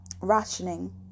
rationing